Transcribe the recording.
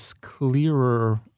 clearer